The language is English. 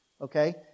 Okay